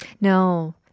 No